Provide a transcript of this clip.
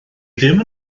ddim